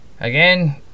Again